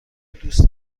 دوست